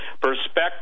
perspective